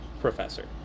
professor